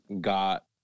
got